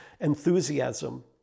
enthusiasm